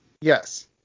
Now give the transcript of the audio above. Yes